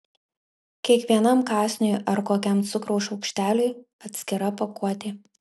kiekvienam kąsniui ar kokiam cukraus šaukšteliui atskira pakuotė